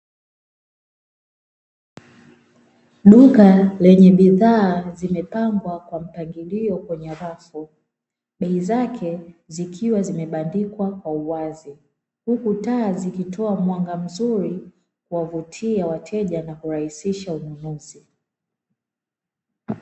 Duka lenye bidhaa zimepangwa kwa mpangilio kwenye rafu bei zake zikiwa zimebandikwa kwa uwazi huku taa zikitoa mwanga mzuri kuwavutia wateja na kurahisisha ununuzi.